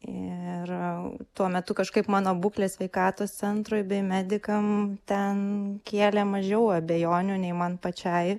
ir tuo metu kažkaip mano būklė sveikatos centrui bei medikam ten kėlė mažiau abejonių nei man pačiai